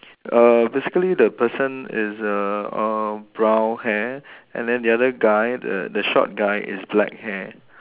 uh basically the person is err uh brown hair and then the other guy the the short guy is black hair